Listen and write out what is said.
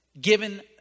given